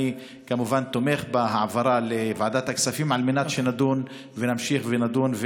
אני כמובן תומך בהעברה לוועדת הכספים על מנת שנדון ונמשיך ונדון,